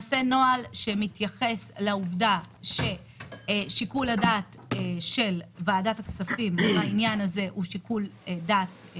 מתייחס לעובדה ששיקול הדעת של ועדת הכספים הוא חלש,